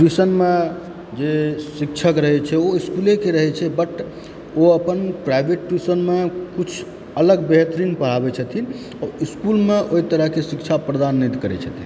ट्यूशनमे जे शिक्षक रहय छै ओ इस्कूलेके रहय छै बट ओ अपन प्राइवेट ट्यूशनमऽ किछु अलग बेहतरीन पढ़ाबय छथिन ओ इस्कूलमऽ ओहि तरहकेँ शिक्षा प्रदान नहि करय छथिन